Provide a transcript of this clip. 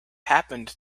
happened